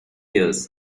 years